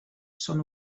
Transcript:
són